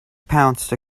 pounced